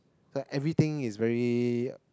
e~ everything is very